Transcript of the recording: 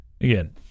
Again